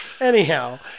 Anyhow